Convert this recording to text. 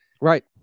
Right